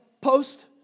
post